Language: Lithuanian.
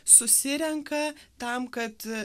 susirenka tam kad